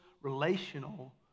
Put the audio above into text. relational